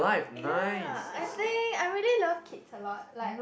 yea I think I really love kids a lot like